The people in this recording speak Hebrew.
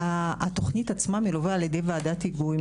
התוכנית עצמה מלווה על ידי ועדת היגוי,